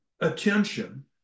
Attention